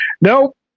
Nope